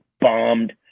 bombed